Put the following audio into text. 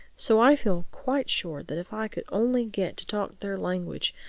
so i feel quite sure that if i could only get to talk their language,